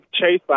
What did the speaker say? chase